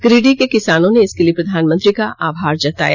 गिरिडीह के किसानों ने इसके लिए प्रधानमंत्री का आभार जताया